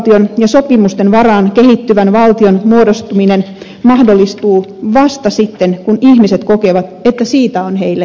oikeusvaltion ja sopimusten varaan kehittyvän valtion muodostuminen mahdollistuu vasta sitten kun ihmiset kokevat että siitä on heille hyötyä